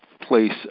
place